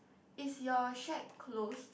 is your shed closed